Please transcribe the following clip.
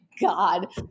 god